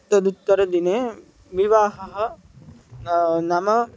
तदुत्तरदिने विवाहः नाम